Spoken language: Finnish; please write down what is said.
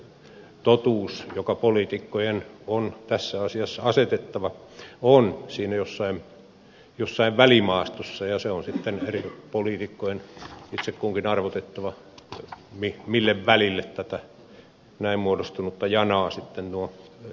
kyllä se totuus joka poliitikkojen on tässä asiassa asetettava on siinä jossain välimaastossa ja se on sitten eri poliitikkojen itse kunkin arvotettava mille välille tätä näin muodostunutta janaa nuo investoinnit tehdään